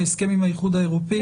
ההסכם עם האיחוד האירופי.